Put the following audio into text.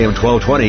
1220